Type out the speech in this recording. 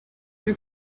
who